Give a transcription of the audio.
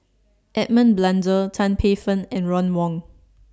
Edmund Blundell Tan Paey Fern and Ron Wong